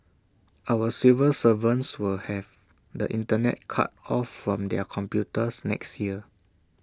our civil servants will have the Internet cut off from their computers next year